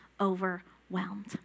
overwhelmed